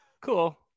cool